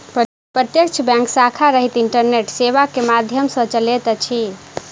प्रत्यक्ष बैंक शाखा रहित इंटरनेट सेवा के माध्यम सॅ चलैत अछि